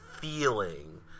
feeling